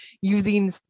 using